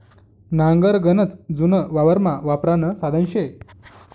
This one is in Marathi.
नांगर गनच जुनं वावरमा वापरानं साधन शे